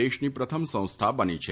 દેશની પ્રથમ સંસ્થા બની છે